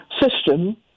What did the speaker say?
system